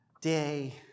day